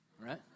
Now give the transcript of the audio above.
right